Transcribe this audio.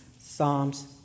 Psalms